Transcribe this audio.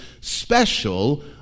special